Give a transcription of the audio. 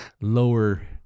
lower